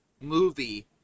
movie